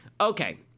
Okay